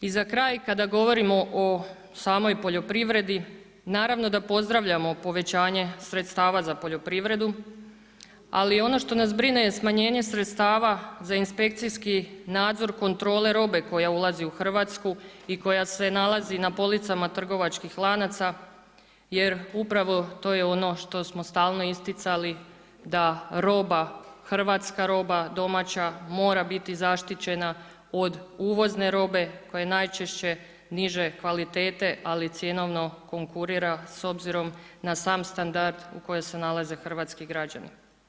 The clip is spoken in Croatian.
I za kraj kada govorimo o samoj poljoprivredi, naravno da pozdravljamo povećanje sredstava za poljoprivredu, ali ono što nas brine je smanjenje sredstava za inspekcijski nadzor kontrole robe koja ulazi u Hrvatsku i koja se nalazi na policama trgovačkih lanaca jer upravo to je ono što smo stalno isticali da roba hrvatska roba, domaća mora biti zaštićena od uvozne robe koja je najčešće niže kvalitete ali cjenovno konkurira s obzirom na sam standard u kojoj se nalaze hrvatski građani.